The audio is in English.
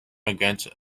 against